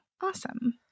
Awesome